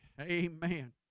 Amen